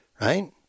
Right